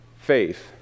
faith